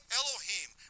Elohim